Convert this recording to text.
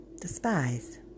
despise